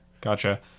gotcha